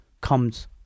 comes